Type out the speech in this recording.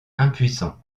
impuissants